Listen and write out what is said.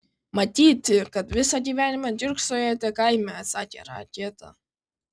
matyti kad visą gyvenimą kiurksojote kaime atsakė raketa